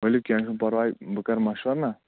ؤلِو کیٚنہہ چھُنہٕ پَرواے بہٕ کرٕ مَشورٕ نہ